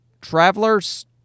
travelers